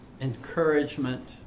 encouragement